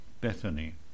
Bethany